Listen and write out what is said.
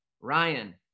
Ryan